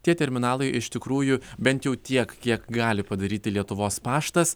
tie terminalai iš tikrųjų bent jau tiek kiek gali padaryti lietuvos paštas